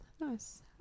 Nice